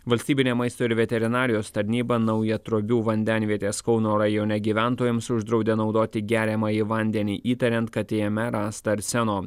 valstybinė maisto ir veterinarijos tarnyba naujatrobių vandenvietės kauno rajone gyventojams uždraudė naudoti geriamąjį vandenį įtariant kad jame rasta arseno